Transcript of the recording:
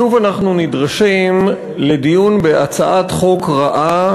שוב אנחנו נדרשים לדיון בהצעת חוק רעה,